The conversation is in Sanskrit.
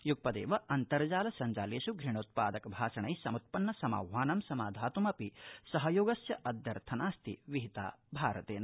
यूगपदेव अन्तर्जाल सब्जालेष् घणोत्पादक भाषणै समृत्पन्न समाह्वानं समाधात्मपि सहयोगस्य अध्यर्थनास्ति विहिता भारतेन